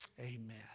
Amen